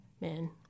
Man